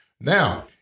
Now